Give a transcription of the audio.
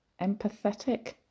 empathetic